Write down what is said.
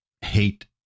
hate